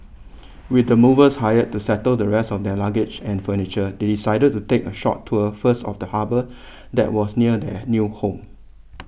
with the movers hired to settle the rest of their luggage and furniture they decided to take a short tour first of the harbour that was near their new home